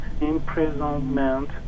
imprisonment